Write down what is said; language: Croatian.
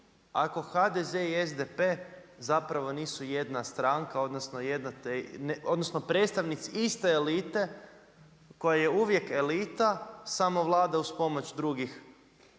ako HDZ i SDP zapravo nisu jedna stranka, odnosno predstavnici iste elite koja je uvijek elita, samo vlada uz pomoć drugih